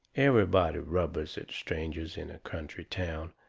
everybody rubbers at strangers in a country town,